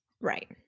Right